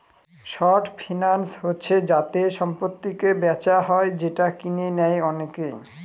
short finance হচ্ছে যাতে সম্পত্তিকে বেচা হয় যেটা কিনে নেয় অনেকে